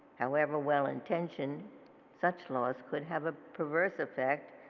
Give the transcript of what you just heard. however well intentioned such laws could have a perverse effect.